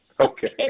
Okay